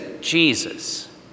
Jesus